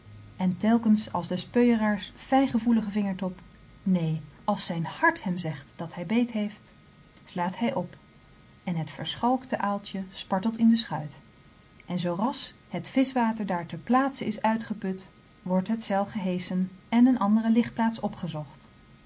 en telkens als des peuëraars fijngevoelige vingertop neen als zijn hart hem zegt dat hij beet heeft slaat hij op en het verschalkte aaltje spartelt in de schuit en zoo ras het vischwater daar ter plaatse is uitgeput wordt het zeil geheschen en een andere ligplaats opgezocht